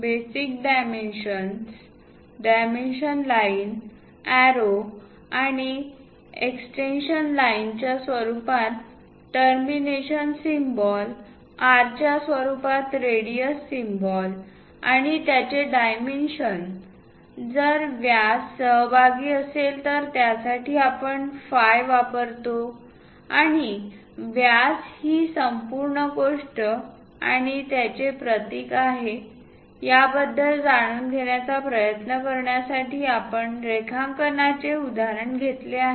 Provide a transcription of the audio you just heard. basic dimensions dimension line arrow आणि extension line च्या स्वरूपात टर्मिनेशन सिम्बॉल्स R च्या स्वरूपात रेडिअस सिम्बॉल आणि त्याचे डायमेन्शन जर व्यास सहभागी असेल तर त्यासाठी आपण फाय वापरतो आणि व्यास ही संपूर्ण गोष्ट आणि त्याचे प्रतीक आहे याबद्दल जाणून घेण्याचा प्रयत्न करण्यासाठी आपण रेखांकनाचे उदाहरण घेतले आहे